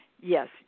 yes